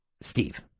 Steve